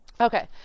okay